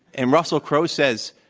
and russell crow says,